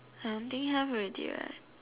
I don't think have already right